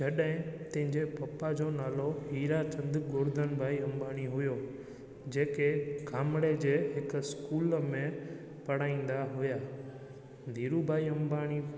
जॾहिं तंहिंजे पपा जो नालो हीराचंद गोर्धन भाई अंबाणी हुओ जेके गामणे जे हिकु स्कूल में पढ़ाईंदा हुआ धीरू भाई अंबाणी